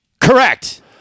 Correct